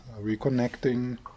reconnecting